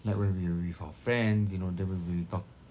like when we are with our friends you know then when we talk